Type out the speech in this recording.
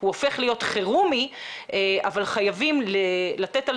הוא הופך להיות חירומי אבל חייבים לתת על